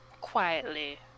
quietly